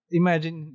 imagine